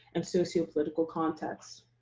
and sociopolitical context.